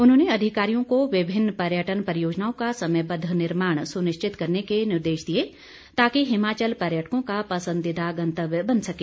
उन्होंने अधिकारियों को विभिन्न पर्यटन परियोजनाओं का समयबद्व निर्माण सुनिश्चित करने के निर्देश दिए ताकि हिमाचल पर्यटकों का पसंदीदा गंतव्य बन सके